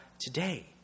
today